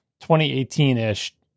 2018-ish